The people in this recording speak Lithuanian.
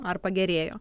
ar pagerėjo